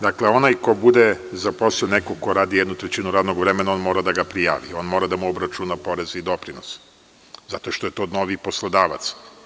Dakle, onaj ko bude zaposlio nekog ko radi jednu trećinu radnog vremena, on mora da ga prijavi, on mora da mu obračuna poreze i doprinose, zato što je to novi poslodavac.